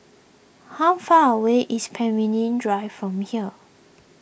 how far away is Pemimpin Drive from here